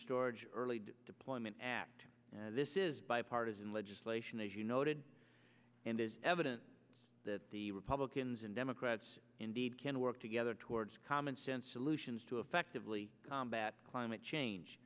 storage early deployment act this is bipartisan legislation as you noted and is evident that the republicans and democrats indeed can work together towards common sense solutions to effectively combat climate change